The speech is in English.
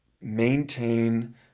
maintain